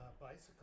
Bicycle